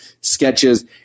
sketches